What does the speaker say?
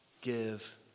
give